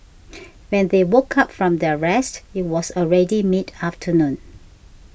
when they woke up from their rest it was already mid afternoon